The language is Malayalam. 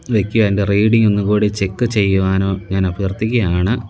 വയ്ക്കുക എന്റെ റീഡിങ്ങൊന്നും കൂടി ചെക്ക് ചെയ്യുവാനോ ഞാനഭ്യര്ത്ഥിക്കയാണ്